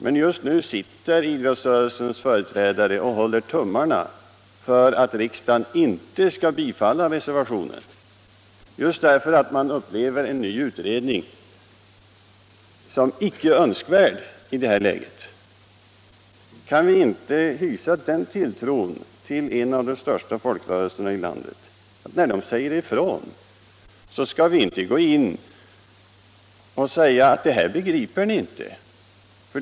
Men just nu sitter idrottsrörelsens företrädare och håller tummarna för att riksdagen inte skall bifalla reservationen, därför att man uppfattar en ny utredning som icke önskvärd i det här läget. Vi borde väl kunna hysa den tilltron till en av de största folkrörelserna i landet, när den nu talar om hur den ser på saken, att vi inte går in och säger: Det här begriper ni inte!